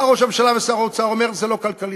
בא ראש הממשלה, ושר האוצר אומר: זה לא כלכלי.